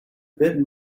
bit